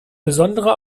besonderer